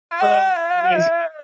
Hey